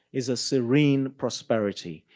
is a serene prosperity.